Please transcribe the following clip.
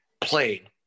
played